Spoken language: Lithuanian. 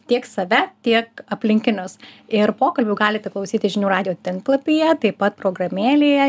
tiek save tiek aplinkinius ir pokalbių galite klausytis žinių radijo tinklapyje taip pat programėlėje